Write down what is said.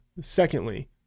Secondly